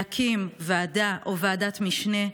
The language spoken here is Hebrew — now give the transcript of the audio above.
להקים ועדה או ועדת משנה.